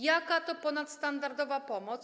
Jaka to ponadstandardowa pomoc?